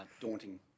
daunting